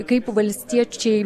kaip valstiečiai